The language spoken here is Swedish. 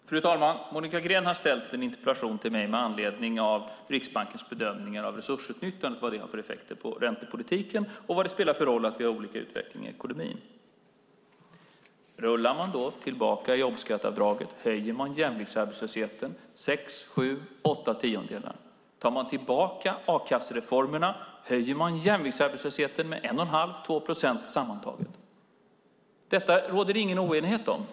Fru talman! Monica Green har ställt en interpellation till mig med anledning av Riksbankens bedömningar av vad resursutnyttjandet har för effekter på räntepolitiken och vad det spelar för roll att vi har olika utveckling i ekonomin. Rullar man tillbaka jobbskatteavdraget höjer man jämviktsarbetslösheten med sex, sju, åtta tiondelar. Tar man tillbaka a-kassereformerna höjer man jämviktsarbetslösheten med 1 1⁄2-2 procent sammantaget. Detta råder det ingen oenighet om.